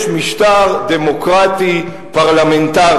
במדינת ישראל יש משטר דמוקרטי פרלמנטרי.